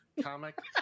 comic